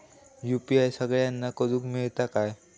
UPI सगळ्यांना करुक मेलता काय?